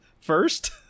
first